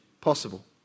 possible